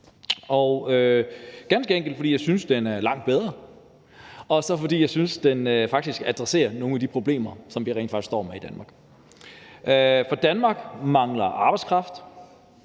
er ganske enkelt, fordi jeg synes, den er langt bedre, og fordi jeg synes, at den adresserer nogle af de problemer, som rent faktisk står med. Danmark mangler arbejdskraft,